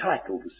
titles